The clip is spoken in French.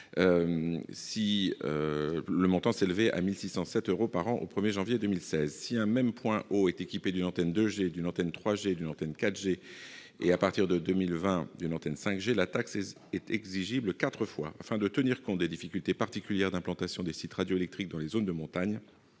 technologique, contre 1 607 euros par an au 1 janvier 2016. Si un même point haut est équipé d'une antenne 2G, d'une antenne 3G, d'une antenne 4G et, à partir de 2020, d'une antenne 5G, la taxe est exigible quatre fois. Afin de tenir compte des difficultés particulières d'implantation des sites radioélectriques dans les zones de montagne,